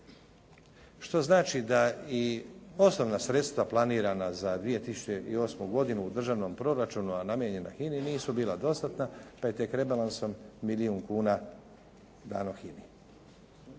što znači da i osnovna sredstva planirana za 2008. godinu u državnom proračunu a namijenjena HINA-i nisu bila dostatna pa je tek rebalansom milijun kuna dano HINA-i.